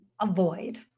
avoid